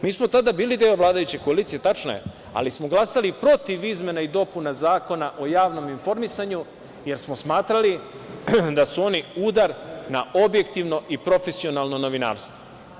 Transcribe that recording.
Mi smo tada bili deo vladajuće koalicije, tačno je, ali smo glasali protiv izmena i dopuna Zakona o javnom informisanju, jer smo smatrali da su one udar na objektivno i profesionalno novinarstvo.